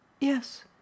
Yes